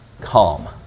calm